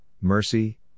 mercy